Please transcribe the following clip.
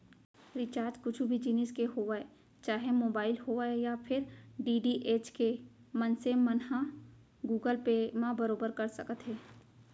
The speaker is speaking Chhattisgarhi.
रिचार्ज कुछु भी जिनिस के होवय चाहे मोबाइल होवय या फेर डी.टी.एच के मनसे मन ह गुगल पे म बरोबर कर सकत हे